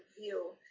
view